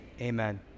amen